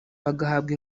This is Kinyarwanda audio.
bagahabwa